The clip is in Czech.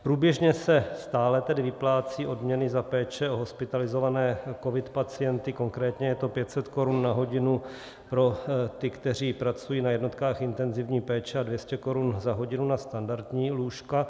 Průběžně se stále tedy vyplácejí odměny za péče o hospitalizované covid pacienty, konkrétně je to 500 korun na hodinu pro ty, kteří pracují na jednotkách intenzivní péče, a 200 korun za hodinu na standardní lůžka.